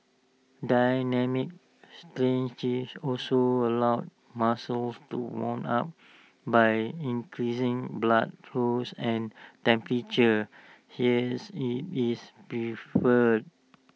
dynamic stretching also allows muscles to warm up by increasing blood flows and temperature hence IT is preferred